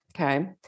Okay